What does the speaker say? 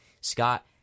Scott